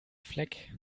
fleck